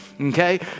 okay